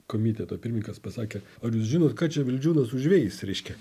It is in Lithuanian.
komiteto pirmininkas pasakė ar jūs žinot ką čia vildžiūnas užveis reiškia